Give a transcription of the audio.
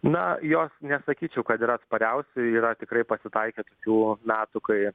na jos nesakyčiau kad yra atspariausi yra tikrai pasitaikę tokių metų kai